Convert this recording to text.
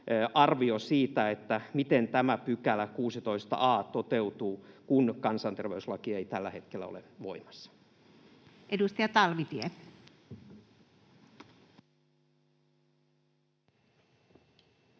arvio nyt siitä, miten tämä 16 a § toteutuu, kun kansanterveyslaki ei tällä hetkellä ole voimassa. Edustaja Talvitie. Arvoisa